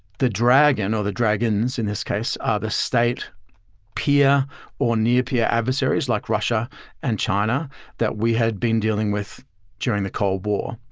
the dragon or the dragons in this case ah the state peer or near peer adversaries like russia and china that we had been dealing with during the cold war.